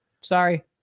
sorry